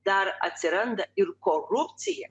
dar atsiranda ir korupcija